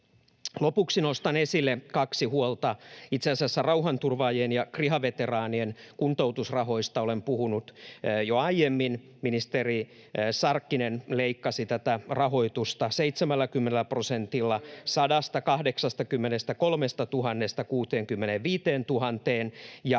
Lopuksi nostan esille kaksi huolta. Itse asiassa rauhanturvaajien ja kriha-veteraanien kuntoutusrahoista olen puhunut jo aiemmin. Ministeri Sarkkinen leikkasi tätä rahoitusta 70 prosentilla [Petri